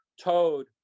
Toad